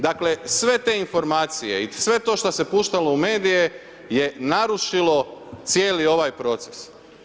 Dakle, sve te informacije i sve to što se puštalo u medije je narušilo cijeli ovaj proces.